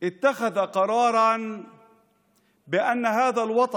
מול מי שהחליט באמצעות חוק הלאום הגזעני שהמולדת הזאת